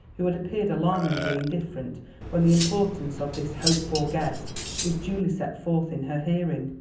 who had appeared alarmingly indifferent when the importance of this hoped-for guest was duly set forth in her hearing.